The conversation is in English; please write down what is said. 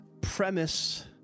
premise